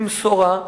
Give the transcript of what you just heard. במשורה,